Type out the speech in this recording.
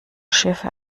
schiffe